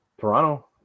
Toronto